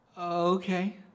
okay